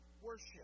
worship